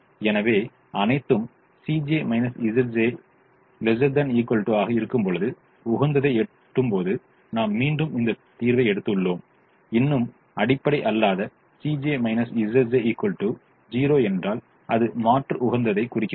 எனவே அனைத்தும் ≤ 0 ஆக இருக்கும்போது உகந்ததை எட்டும்போது நாம் மீண்டும் இந்த தீர்வை எடுத்துக்கொள்வோம் இன்னும் அடிப்படை அல்லாத 0 என்றால் அது மாற்று உகந்ததைக் குறிக்கிறது